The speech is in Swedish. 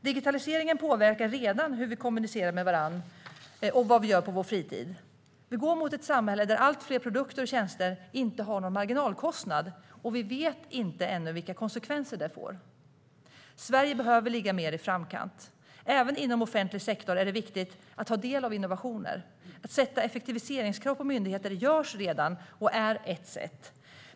Digitaliseringen påverkar redan hur vi kommunicerar med varandra och vad vi gör på vår fritid. Vi går mot ett samhälle där allt fler produkter och tjänster inte har någon marginalkostnad, och vi vet ännu inte vilka konsekvenser det får. Sverige behöver ligga mer i framkant. Även inom offentlig sektor är det viktigt att ta del av innovationer. Att ställa effektiviseringskrav på myndigheter är något som redan görs. Det är ett sätt.